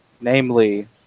namely